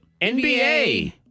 NBA